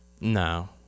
No